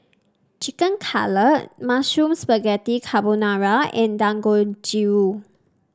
Chicken Cutlet Mushroom Spaghetti Carbonara and Dangojiru